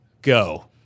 Go